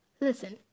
Listen